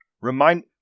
Remind